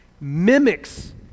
mimics